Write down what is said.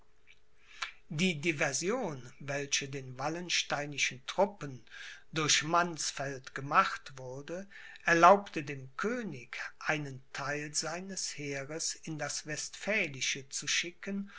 die diversion welche den wallensteinischen truppen durch mannsfeld gemacht wurde erlaubte dem könig einen theil seines heeres in das westphälische zu schicken